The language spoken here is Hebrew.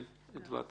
כן, אדווה.